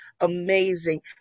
amazing